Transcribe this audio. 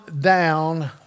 down